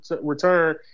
return